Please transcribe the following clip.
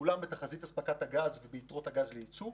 ומגולם בתחזית הספקת הגז ויתרות הגז ליצוא.